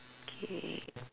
key